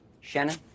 Shannon